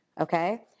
okay